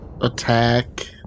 Attack